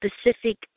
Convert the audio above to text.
specific